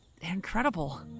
incredible